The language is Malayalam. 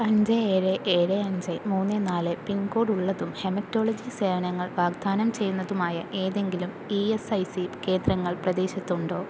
അഞ്ച് ഏഴ് ഏഴ് അഞ്ച് മൂന്ന് നാല് പിൻകോഡ് ഉള്ളതും ഹെമറ്റോളജി സേവനങ്ങൾ വാഗ്ദാനം ചെയ്യുന്നതുമായ ഏതെങ്കിലും ഇ എസ് ഐ സി കേന്ദ്രങ്ങൾ പ്രദേശത്ത് ഉണ്ടോ